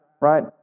right